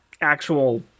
actual